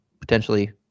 potentially